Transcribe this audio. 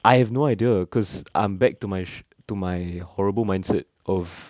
I have no idea cause I'm back to my to my horrible mindset of